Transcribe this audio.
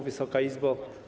Wysoka Izbo!